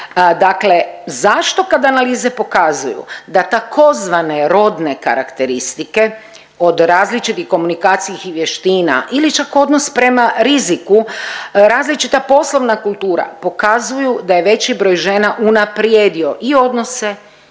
Dakle, zašto kad analize pokazuju da tzv. rodne karakteristike od različitih komunikacijskih vještina ili čak odnos prema riziku, različita poslovna kultura pokazuju da je veći broj žena unaprijedio i odnose i